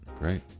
great